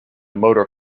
motor